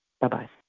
Bye-bye